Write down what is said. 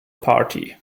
party